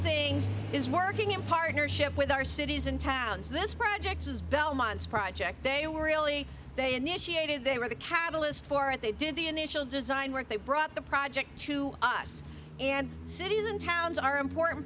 things is working in partnership with our cities and towns this project says belmont's project they were really they initiated they were the catalyst for it they did the initial design work they brought the project to us and cities and towns are important